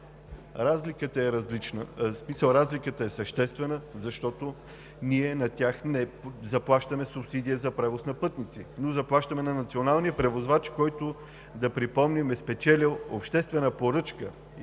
на нашата страна. Разликата е съществена, защото ние на тях не заплащаме субсидия за превоз на пътници, но заплащаме на националния превозвач, който, да припомним, е спечелил обществена поръчка